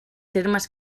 termes